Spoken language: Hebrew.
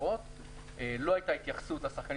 לא הייתה התייחסות לשחקנים